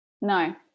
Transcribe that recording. No